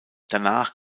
danach